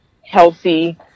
healthy